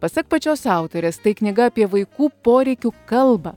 pasak pačios autorės tai knyga apie vaikų poreikių kalbą